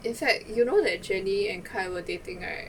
in fact you know that jennie and kai were dating right